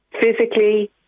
physically